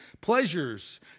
pleasures